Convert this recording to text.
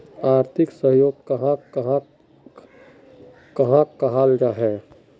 आर्थिक सहयोग कहाक कहाल जाहा जाहा?